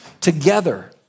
together